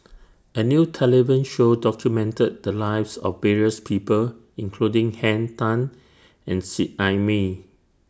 A New television Show documented The Lives of various People including Henn Tan and Seet Ai Mee